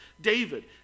David